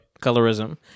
colorism